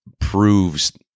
proves